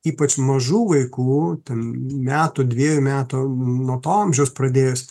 ypač mažų vaikų ten metų dviejų metų nuo to amžiaus pradėjus